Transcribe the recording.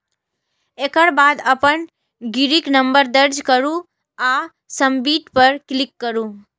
एकर बाद अपन गाड़ीक नंबर दर्ज करू आ सबमिट पर क्लिक करू